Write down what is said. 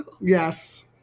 Yes